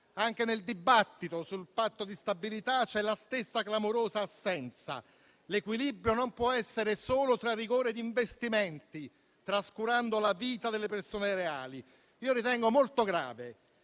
anche nel dibattito sul Patto di stabilità c'è la stessa clamorosa assenza. L'equilibrio non può essere solo tra rigore e investimenti, trascurando la vita delle persone reali. Io ritengo molto grave